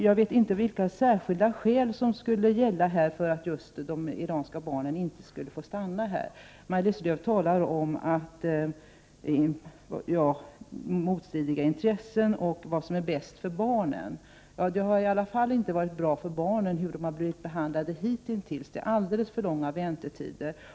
Jag vet inte vilka särskilda skäl som skulle gälla för att just de iranska barnen inte skulle få stanna här. Maj-Lis Lööw talar om motstridiga intressen och om vad som är bäst för barnen. Det sätt som barnen hittills har behandlats på har i alla fall inte varit bra. Det är alldeles för långa väntetider.